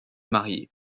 marier